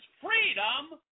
freedom